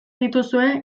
dituzue